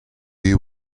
you